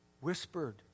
whispered